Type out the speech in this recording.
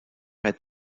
est